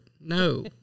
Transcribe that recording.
No